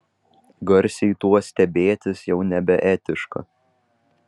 garsiai tuo stebėtis jau nebeetiška